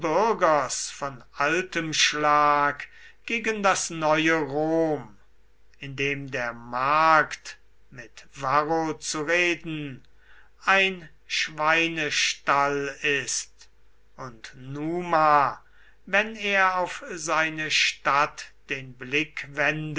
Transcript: von altem schlag gegen das neue rom in dem der markt mit varro zu reden ein schweinestall ist und numa wenn er auf seine stadt den blick